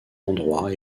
endroit